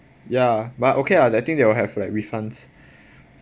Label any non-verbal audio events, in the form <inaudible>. ya but okay lah I think they will have like refunds <breath>